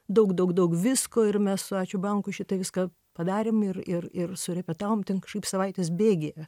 daug daug daug visko ir mes su ačiū bankui šita viską padarėm ir ir ir surepetavom ten kažkaip savaitės bėgyje